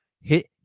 hit